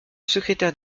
secrétaire